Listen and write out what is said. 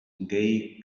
gay